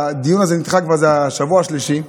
הדיון הזה נדחה כבר זה השבוע השלישי.